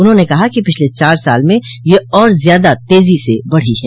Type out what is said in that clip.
उन्होंने कहा कि पिछले चार साल में यह और ज्यादा तेजो से बढ़ी है